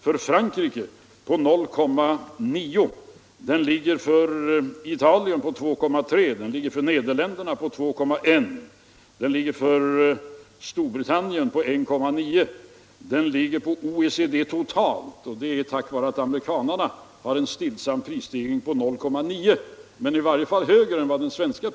För Frankrike ligger siffran på 0,9 96, för Italien på 2,3 96, Nederländerna 2,1 96, Storbritannien 1,9 96 och för OECD totalt på 0,9 — tack vare att amerikanarna har en stillsam prisstegring, men i varje fall högre än den svenska.